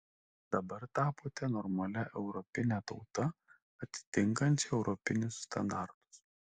dabar tapote normalia europine tauta atitinkančia europinius standartus